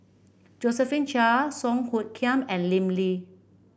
Josephine Chia Song Hoot Kiam and Lim Lee